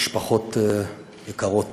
משפחות יקרות,